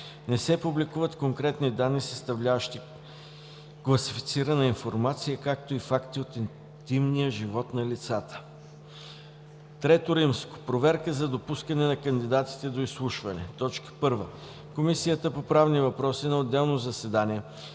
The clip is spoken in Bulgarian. Не се публикуват конкретни данни, съставляващи класифицирана информация, както и факти от интимния живот на лицата. III. Проверка за допускане на кандидатите до изслушване 1. Комисията по правни въпроси на отделно заседание,